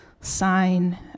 sign